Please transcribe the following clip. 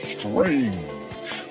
Strange